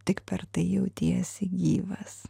tik per tai jautiesi gyvas